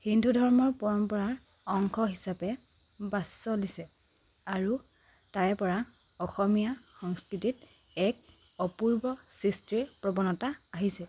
হিন্দু ধৰ্মৰ পৰম্পৰাৰ অংশ হিচাপে বাচ্ছলিছে আৰু তাৰে পৰা অসমীয়া সংস্কৃতিত এক অপূৰ্ব সৃষ্টিৰ প্ৰৱণতা আহিছে